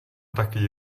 takový